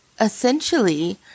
essentially